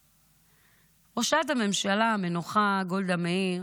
ראשת הממשלה המנוחה גולדה מאיר,